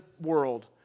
world